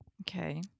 Okay